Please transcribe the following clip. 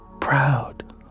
Proud